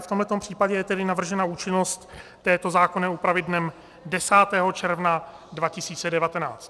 V tomto případě je tedy navržena účinnost této zákonné úpravy dnem 10. června 2019.